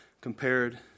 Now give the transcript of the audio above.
compared